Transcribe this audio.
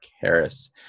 Harris